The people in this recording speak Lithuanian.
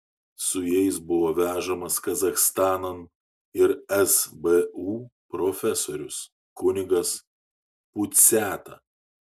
su jais buvo vežamas kazachstanan ir sbu profesorius kunigas puciata